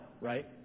right